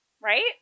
right